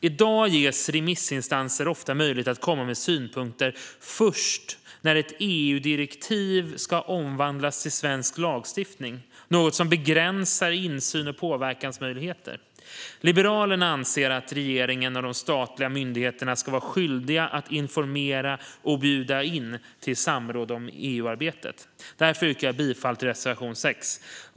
I dag ges remissinstanser ofta möjlighet att komma med synpunkter först när ett EU-direktiv ska omvandlas till svensk lagstiftning, något som begränsar insyn och påverkansmöjligheter. Liberalerna anser att regeringen och de statliga myndigheterna ska vara skyldiga att informera och bjuda in till samråd om EU-arbetet. Därför yrkar jag bifall till reservation 6.